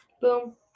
boom